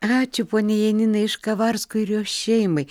ačiū poniai janinai iš kavarsko ir jos šeimai